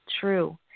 true